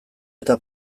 eta